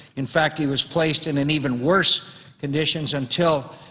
in fact, he was placed in an even worse conditions until,